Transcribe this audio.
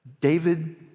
David